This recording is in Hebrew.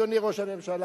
אדוני ראש הממשלה.